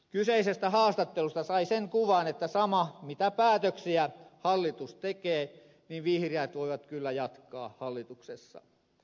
kyseisestä haastattelusta sai sen kuvan että sama mitä päätöksiä hallitus tekee vihreät voivat kyllä jatkaa hallituksessa